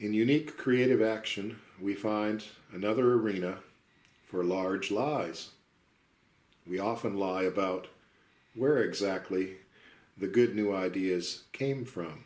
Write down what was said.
and unique creative action we find another for large lies we often lie about where exactly the good new ideas came from